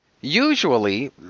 usually